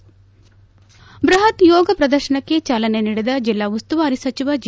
ಬ್ಬಹತ್ ಯೋಗ ಪ್ರದರ್ಶನಕ್ಕೆ ಚಾಲನೆ ನೀಡಿದ ಜಿಲ್ಲಾ ಉಸ್ತುವಾರಿ ಸಚಿವ ಜಿ